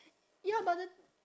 ya but the